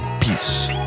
peace